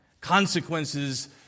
Consequences